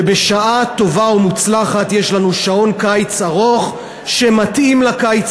ובשעה טובה ומוצלחת יש לנו שעון קיץ ארוך שמתאים לקיץ